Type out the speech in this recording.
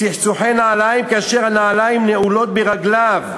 צחצוח נעליים כאשר הנעליים נעולות לרגליו,